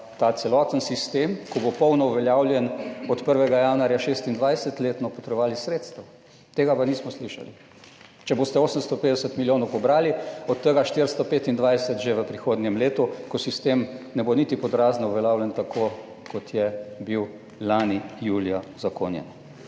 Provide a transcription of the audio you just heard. ta celoten sistem, ko bo polno uveljavljen od 1. januarja 2026 letno potrebovali sredstev, tega pa nismo slišali, če boste 850 milijonov pobrali od tega 425 že v prihodnjem letu, ko sistem ne bo niti pod razno uveljavljen tako kot je bil lani julija uzakonjen.